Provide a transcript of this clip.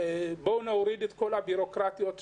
בואו נוריד את כל הבירוקרטיות,